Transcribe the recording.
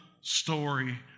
story